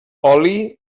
oli